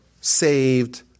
saved